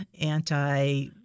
anti